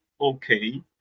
okay